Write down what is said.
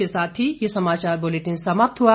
इसी के साथ ये समाचार बुलेटिन समाप्त हुआ